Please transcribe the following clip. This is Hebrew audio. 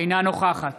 אינה נוכחת